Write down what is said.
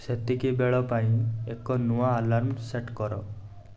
ସେତିକିବେଳ ପାଇଁ ଏକ ନୂଆ ଆଲାର୍ମ୍ ସେଟ୍ କର